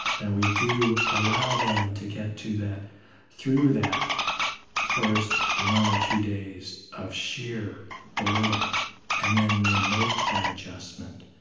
that we do allow them to get to that through that first one or two days of sheer boredom and then they make that adjustment.